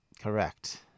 Correct